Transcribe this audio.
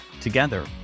Together